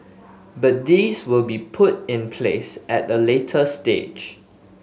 but these will be put in place at a later stage